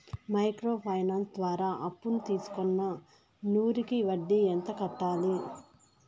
Micro finance ద్వారా అప్పును తీసుకున్న నూరు కి వడ్డీ ఎంత కట్టాలి?